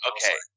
Okay